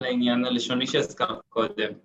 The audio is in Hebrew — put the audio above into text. ‫על העניין הלשוני שהזכרנו קודם.